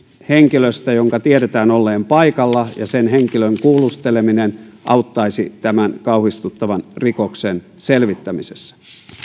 henkilöstä jonka tiedetään olleen paikalla ja sen henkilön kuulusteleminen auttaisivat tämän kauhistuttavan rikoksen selvittämisessä